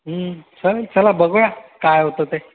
चालेल चला बघूया काय होतं ते